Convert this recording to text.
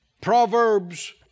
Proverbs